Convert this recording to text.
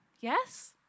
yes